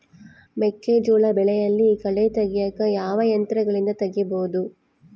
ಮೆಕ್ಕೆಜೋಳ ಬೆಳೆಯಲ್ಲಿ ಕಳೆ ತೆಗಿಯಾಕ ಯಾವ ಯಂತ್ರಗಳಿಂದ ತೆಗಿಬಹುದು?